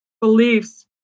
beliefs